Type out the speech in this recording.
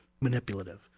manipulative